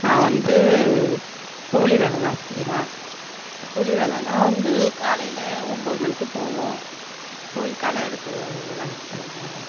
நான் வந்து கூலி வேலைதான் செய்றேன் கூலி வேலைனா வந்து காலையில் ஒம்போது மணிக்குப் போவோம் போய் களை எடுக்கிற வேலைக்குப் போவோம்